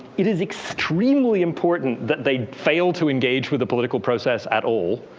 it is extremely important that they failed to engage with the political process at all.